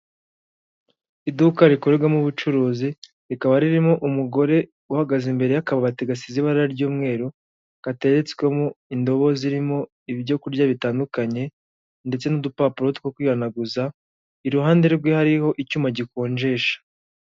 Iduka rikorerwamo ubucuruzi rikaba ririmo umugore uhagaze imbere y'akabati gasize ibara ry'umweru kateretswemo indobo zirimo ibyokurya bitandukanye ndetse n'udupapuro two kwihanaguza iruhande rwe hariho icyuma gikonjesha.